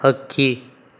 ಹಕ್ಕಿ